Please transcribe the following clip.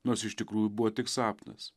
nors iš tikrųjų buvo tik sapnas